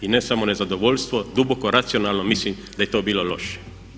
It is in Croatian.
I ne samo nezadovoljstvo, duboko racionalno mislim da je to bilo loše.